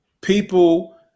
people